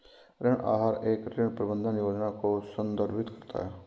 ऋण आहार एक ऋण प्रबंधन योजना को संदर्भित करता है